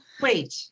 Wait